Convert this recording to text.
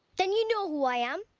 then you know who i am,